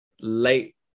late